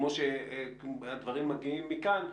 כמו כשהדברים מגיעים מכאן,